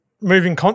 moving